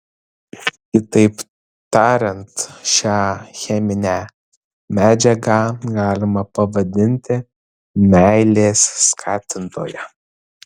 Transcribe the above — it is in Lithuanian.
kitaip tariant šią cheminę medžiagą galima pavadinti meilės skatintoja